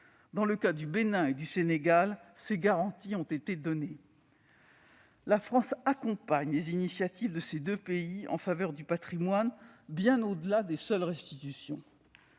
Dans le cas du Bénin et du Sénégal, ces garanties ont été données. La France accompagne les initiatives de ces deux pays en faveur du patrimoine, bien au-delà des seules restitutions.